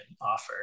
offer